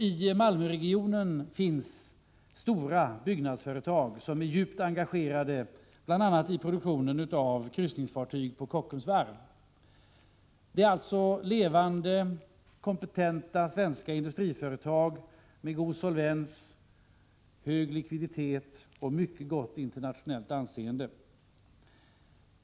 I Malmöregionen finns det stora byggnadsföretag som är djupt engagerade i bl.a. produktionen av kryssningsfartyg på Kockums varv. Det är levande, kompetenta svenska industriföretag med god solvens, hög likviditet och mycket gott internationellt anseende.